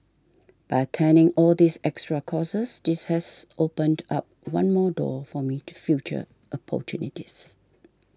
by attending all these extra courses this has opened up one more door for me to future opportunities